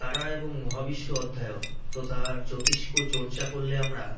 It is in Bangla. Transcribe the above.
তারা এবং মহাবিশ্ব অধ্যায়ন তথা জ্যোতিষ্ক চর্চা করলে আমরা